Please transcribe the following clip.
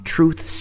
Truth